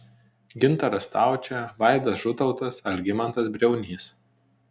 gintaras staučė vaidas žutautas algimantas briaunys